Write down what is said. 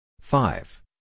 five